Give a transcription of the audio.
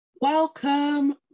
Welcome